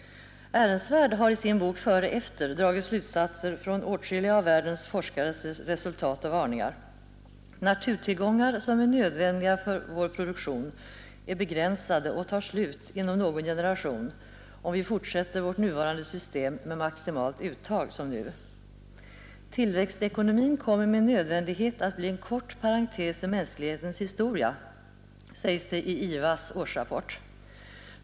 Ehrensvärd har i sin bok Före-efter dragit slutsatser från åtskilliga av världens forskares resultat och varningar, Naturtillgångar som är nödvändiga för vår produktion är begränsade och tar slut inom någon generation om vi fortsätter vårt nuvarande system med maximalt uttag. Tillväxtekonomin kommer med nödvändighet att bli en kort parentes i mänsklighetens historia, säges det i IVA:s årsrapport.